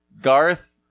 Garth